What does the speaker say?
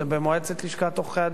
זה במועצת לשכת עורכי-הדין.